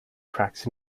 cracks